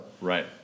Right